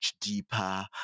deeper